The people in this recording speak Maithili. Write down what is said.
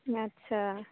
अच्छा